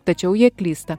tačiau jie klysta